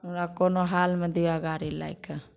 हमरा कोनो हालमे दिऽ गाड़ी लए कऽ